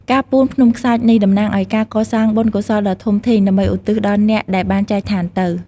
ការពូនភ្នំខ្សាច់នេះតំណាងឲ្យការកសាងបុណ្យកុសលដ៏ធំធេង ដើម្បីឧទ្ទិសដល់អ្នកដែលបានចែកឋានទៅ។